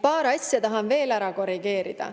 paar asja tahan veel ära korrigeerida.